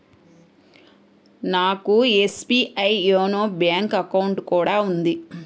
నాకు SBI YONO bank account కూడా ఉంది